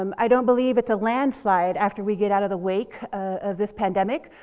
um i don't believe it's a landslide after we get out of the wake of this pandemic.